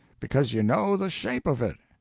because you know the shape of it.